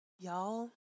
y'all